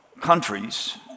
countries